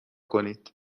کنید